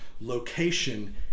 location